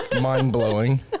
mind-blowing